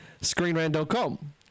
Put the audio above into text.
ScreenRant.com